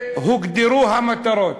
והוגדרו המטרות.